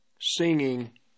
singing